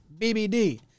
BBD